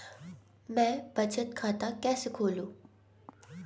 मैं बचत खाता कैसे खोलूं?